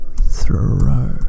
Throw